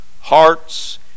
hearts